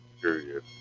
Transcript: period